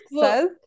says